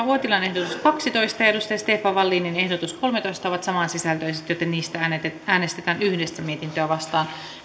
uotilan ehdotus kaksitoista ja stefan wallinin ehdotus kolmetoista ovat samansisältöiset joten niistä äänestetään yhdessä mietintöä vastaan